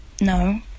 No